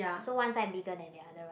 so one side bigger than the other right